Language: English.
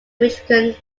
michigan